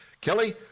Kelly